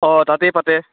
অঁ তাতেই পাতে